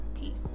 Peace